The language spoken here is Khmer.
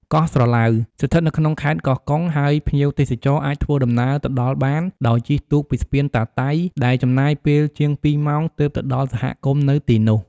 កោះស្រឡៅ ស្ថិតនៅខេត្តកោះកុង ហើយភ្ញៀវទេសចរអាចធ្វើដំណើរទៅដល់បានដោយជិះទូកពីស្ពានតាតៃ ដែលចំណាយពេលជាង ២ ម៉ោង ទើបទៅដល់សហគមន៍នៅទីនោះ។